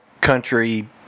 country